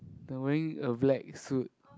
they wearing a black suit